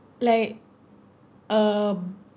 like um